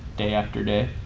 day after day.